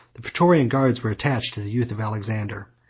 the praetorian guards were attached to the youth of alexander.